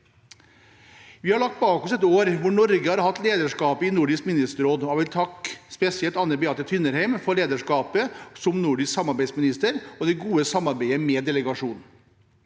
Vi har lagt bak oss et år hvor Norge har hatt lederskapet i Nordisk ministerråd, og jeg vil takke spesielt Anne Beathe Tvinnereim for lederskapet som nordisk samarbeidsminister og for det gode samarbeidet med delegasjonen.